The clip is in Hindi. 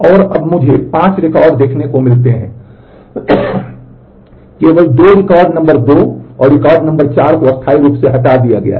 और अब मुझे 5 रिकॉर्ड देखने को मिलते हैं केवल 2 रिकॉर्ड नंबर 2 और रिकॉर्ड नंबर 4 को स्थायी रूप से हटा दिया गया है